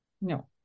no